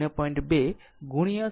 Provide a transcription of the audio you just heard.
2 ગુણ્યા 0